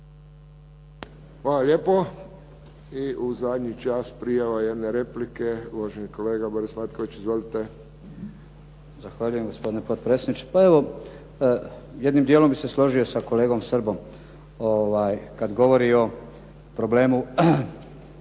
Hvala lijepo. I u zadnji čas prijava jedne replike, uvaženi kolega Boris Matković. Izvolite. **Matković, Borislav (HDZ)** Zahvaljujem gospodine potpredsjedniče. Pa evo, jednim dijelom bih se složio sa kolegom Srbom kad govori o problemu